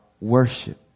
worship